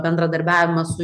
bendradarbiavimą su